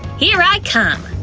here i come!